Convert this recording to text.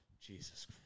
Jesus